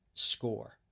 score